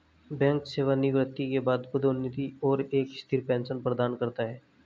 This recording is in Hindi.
बैंक सेवानिवृत्ति के बाद पदोन्नति और एक स्थिर पेंशन प्रदान करता है